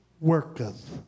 worketh